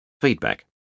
Feedback